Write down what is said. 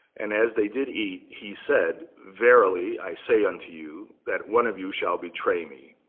and as they did eat, he said, verily, i say unto you, that one of you shall betray me.